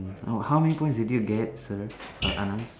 no how many points did you get sir I ask